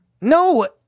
No